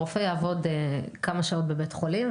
הרופא יעבוד כמה שעות בבית חולים,